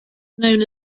known